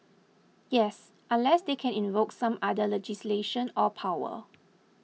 yes unless they can invoke some other legislation or power